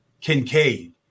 Kincaid